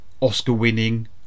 Oscar-winning